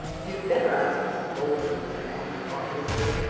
you'd better ask mrs. boulter, said anne thoughtlessly.